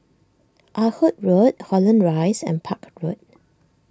Ah Hood Road Holland Rise and Park Road